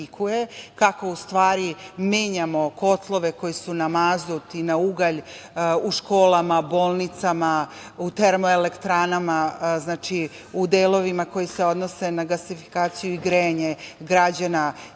kako menjamo kotlove koji su na mazut i na ugalj, u školama, bolnicama, u termoelektranama, u delovima koji se odnose na gasifikaciju i grejanje građana i